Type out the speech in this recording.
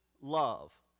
love